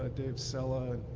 ah dave sella,